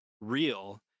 real